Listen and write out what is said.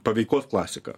paveikos klasika